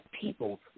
people